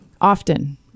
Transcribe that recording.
Often